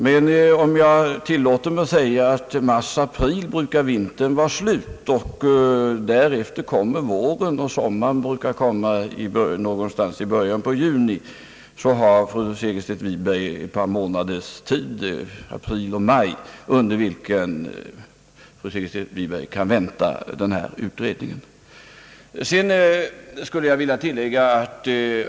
Men om jag säger att vintern brukar vara slut i mars—april, därefter kommer våren och att sommaren brukar komma i början på juni så har fru Segerstedt Wi berg ett par månaders tid — april och maj — då hon kan vänta den här utredningen.